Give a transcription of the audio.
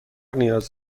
نیاز